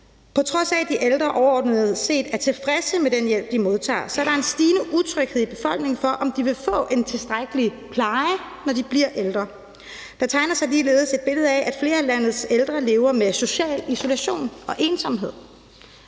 På trods af at de ældre overordnet set er tilfredse med den hjælp, de modtager, er der en stigende utryghed i befolkningen om, om de vil få en tilstrækkelig pleje, når de bliver ældre. Der tegner sig ligeledes et billede af, at flere af landets ældre lever med social isolation og ensomhed.